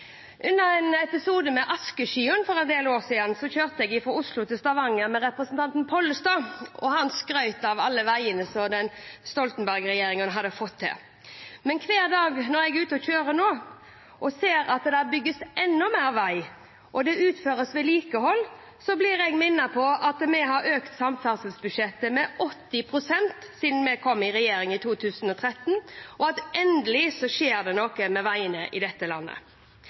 Under episoden med askeskya for en del år siden kjørte jeg fra Oslo til Stavanger med representanten Pollestad, og han skrøt av alle veiene Stoltenberg-regjeringen hadde fått til. Men hver dag når jeg nå er ute og kjører og ser at det bygges enda mer vei, og at det utføres vedlikehold, blir jeg minnet på at vi har økt samferdselsbudsjettet med 80 pst. siden vi kom i regjering i 2013, og at det endelig skjer noe med veiene i dette landet.